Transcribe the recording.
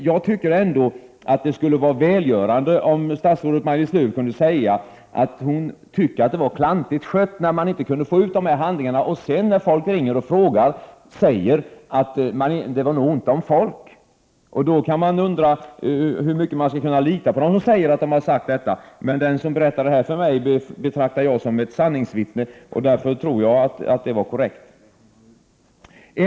Jag tycker ändå att det skulle vara välgörande om statsrådet Maj-Lis Lööw kunde säga att hon tycker att det var klantigt skött att inte kunna få ut handlingarna och sedan, när folk ringer och frågar, säga att det berodde på att det nog var ont om folk. Någon kan ju undra hur mycket man kan lita på dem som säger att man har hävdat detta, men den som berättade det här för mig betraktar jag som ett sanningsvittne, 105 och därför tror jag att det var korrekt.